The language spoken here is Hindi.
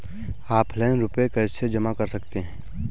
ऑफलाइन रुपये कैसे जमा कर सकते हैं?